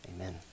amen